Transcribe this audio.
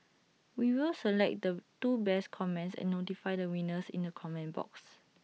we will select the two best comments and notify the winners in the comments box